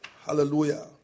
Hallelujah